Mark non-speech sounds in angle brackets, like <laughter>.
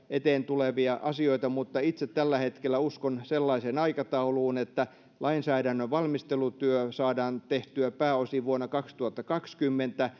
<unintelligible> eteen tulevia asioita mutta itse tällä hetkellä uskon sellaiseen aikatauluun että lainsäädännön valmistelutyö saadaan tehtyä pääosin vuonna kaksituhattakaksikymmentä <unintelligible>